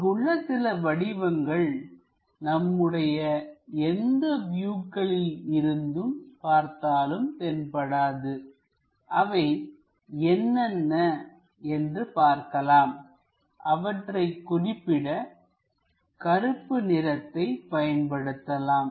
இங்குள்ள சில வடிவங்கள் நம்முடைய எந்த வியூக்களிலும் இருந்து பார்த்தாலும் தென்படாது அவை என்னென்ன என்று பார்க்கலாம் அவற்றைக் குறிப்பிட கருப்பு நிறத்தை பயன்படுத்தலாம்